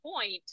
point